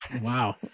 Wow